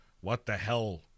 what-the-hell